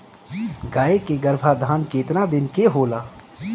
गाय के गरभाधान केतना दिन के होला?